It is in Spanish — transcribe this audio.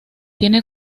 tiene